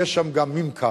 יש שם גם ממכר.